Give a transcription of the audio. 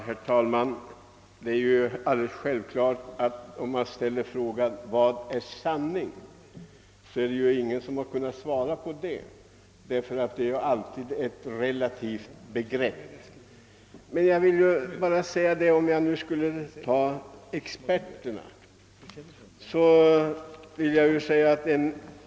Herr talman! Om man ställer frågan »Vad är sanning?» är det självfallet ingen som kan svara på det, därför att sanningen är alltid ett relativt begrepp. Låt mig ta några exempel från experter.